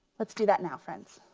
let's do that now friends.